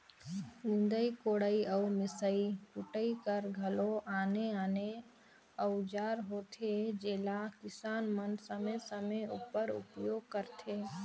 निदई कोड़ई अउ मिसई कुटई कर घलो आने आने अउजार होथे जेला किसान मन समे समे उपर उपियोग करथे